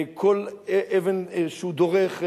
כל אבן שהוא דורך,